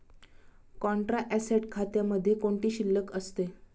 Contra asset खात्यामध्ये कोणती शिल्लक असते?